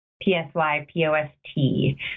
P-S-Y-P-O-S-T